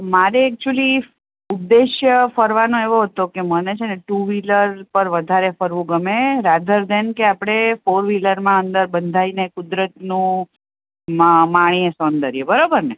મારે એક્ચુલી ઉદ્દેશ્ય ફરવાનો એવો હતો કે મને છે ને ટુ વીલર પર વધારે ફરવું ગમે રાધર ધેન કે આપણે ફોર વ્હિલરમાં અંદર બંધાઇને કુદરતનું માણીએ સોંદર્ય બરાબર ને